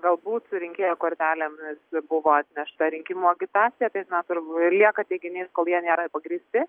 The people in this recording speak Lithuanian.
galbūt rinkėjo kortelėmis buvo atnešta rinkimų agitacija tai net ir lieka teiginiais kol jie nėra pagrįsti